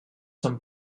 són